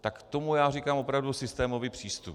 Tak tomu já říkám opravdu systémový přístup.